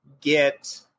get